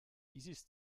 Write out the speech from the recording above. dieses